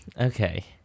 okay